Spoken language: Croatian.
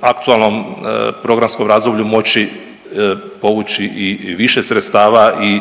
aktualnom programskom razdoblju moći povući i više sredstava i